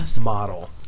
model